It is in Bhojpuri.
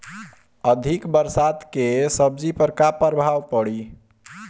अधिक बरसात के सब्जी पर का प्रभाव पड़ी?